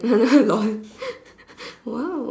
lol !wow!